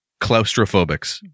Claustrophobics